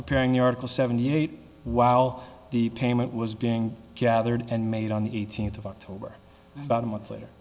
preparing the article seventy eight while the payment was being gathered and made on the eighteenth of october about a month later